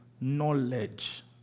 knowledge